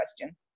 question